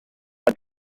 had